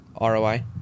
ROI